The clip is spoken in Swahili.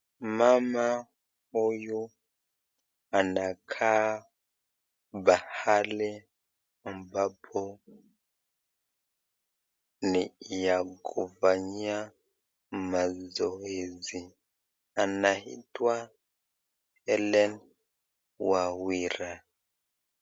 Mama huyu anakaa pahali ambapo ni ya kufanyia mazoezi, anaitwa Hellen Wawira.